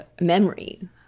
memory